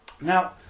Now